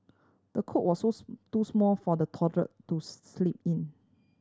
the cot was too small for the toddler to sleep in